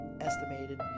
estimated